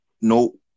no